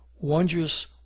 Wondrous